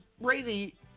Brady